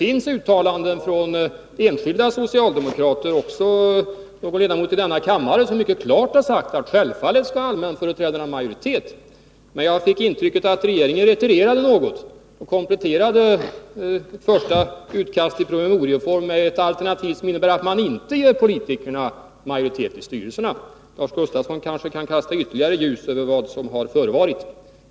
Enskilda socialdemokrater, även ledamöter av denna kammare, har mycket klart uttalat att allmänföreträdarna självfallet skall ha majoritet, men jag fick intrycket att regeringen retirerade något och kompletterade det första utkastet i promemorieform med ett alternativ som innebär att man inte tänker ge politikerna majoritet i styrelserna. Lars Gustafsson kan kanske kasta ytterligare ljus över vad som har förevarit.